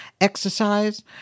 exercise